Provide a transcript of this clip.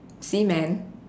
see man